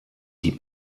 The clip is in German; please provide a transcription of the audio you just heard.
die